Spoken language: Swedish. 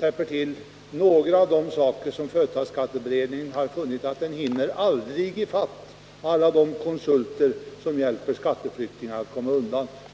täpper till några av de hål som företagsskatteberedningen har funnit att den aldrig hinner klara — med tanke på alla de konsulter som hjälper skatteflyktingarna att komma undan.